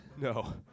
No